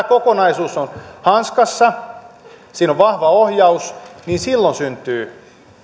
kokonaisuus on hanskassa siinä on vahva ohjaus niin silloin syntyy